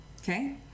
Okay